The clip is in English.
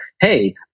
hey